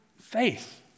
faith